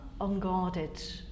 unguarded